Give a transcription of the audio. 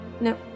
no